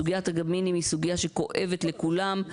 סוגיית הקמינים היא סוגיה שכואבת לכולם.